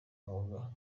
mwuga